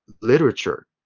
literature